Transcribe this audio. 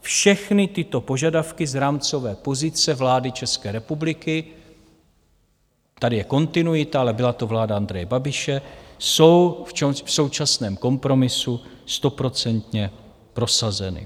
Všechny tyto požadavky z rámcové pozice vlády České republiky tady je kontinuita, ale byla to vláda Andreje Babiše jsou v současném kompromisu stoprocentně prosazeny.